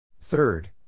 Third